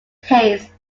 case